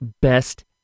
best